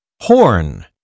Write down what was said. Horn